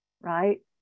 right